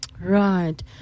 Right